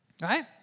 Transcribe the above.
right